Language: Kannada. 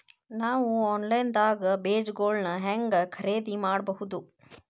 ನಾವು ಆನ್ಲೈನ್ ದಾಗ ಬೇಜಗೊಳ್ನ ಹ್ಯಾಂಗ್ ಖರೇದಿ ಮಾಡಬಹುದು?